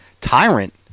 tyrant